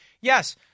yes